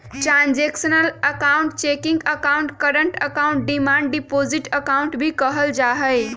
transactional account checking account, current account, demand deposit account भी कहल जाहई